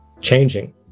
changing